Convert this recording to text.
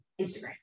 Instagram